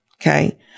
okay